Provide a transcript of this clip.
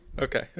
Okay